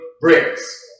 bricks